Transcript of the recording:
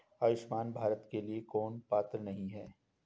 आयुष्मान भारत के लिए कौन पात्र नहीं है?